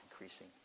increasing